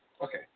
okay